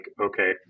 okay